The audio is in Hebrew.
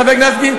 חבר הכנסת גפני,